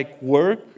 work